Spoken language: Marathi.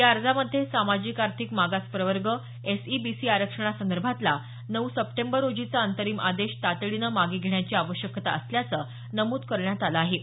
या अर्जामध्ये सामाजिक आर्थिक मागास प्रवर्ग एसईबीसी आरक्षणासंदर्भातला नऊ सप्टेंबर रोजीचा अंतरिम आदेश तातडीने मागे घेण्याची आवश्यकता असल्याचं नमूद करण्यात आलं आहे